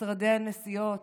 משרדי הנסיעות.